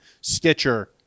Stitcher